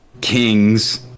Kings